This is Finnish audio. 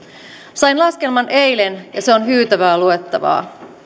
sain laskelman eilen ja se on hyytävää luettavaa